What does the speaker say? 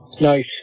Nice